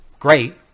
Great